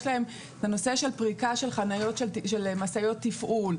יש להם את הנושא של פריקה של משאיות תפעול.